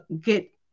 get